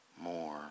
more